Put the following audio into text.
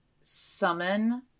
summon